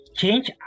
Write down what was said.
change